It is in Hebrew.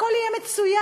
הכול יהיה מצוין.